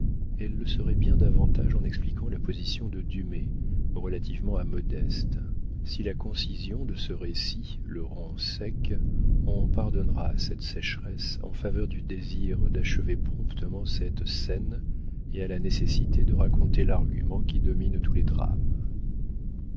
elle le sera bien davantage en expliquant la position de dumay relativement à modeste si la concision de ce récit le rend sec on pardonnera cette sécheresse en faveur du désir d'achever promptement cette scène et à la nécessité de raconter l'argument qui domine tous les drames